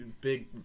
big